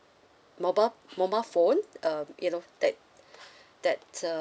mobile mobile phone uh you know that that the